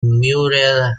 muriel